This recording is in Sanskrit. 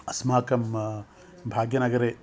अस्माकं भाग्यनगरे